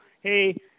hey